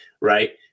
right